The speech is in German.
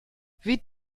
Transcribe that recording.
wie